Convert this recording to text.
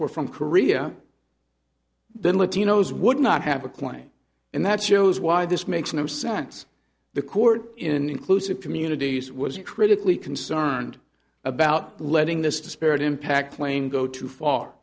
were from korea then latino's would not have a claim and that shows why this makes no sense the court in inclusive communities was critically concerned about letting this disparate impact plane go too far